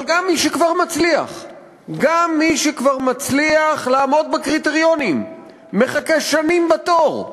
אבל גם מי שכבר מצליח לעמוד בקריטריונים מחכה שנים בתור.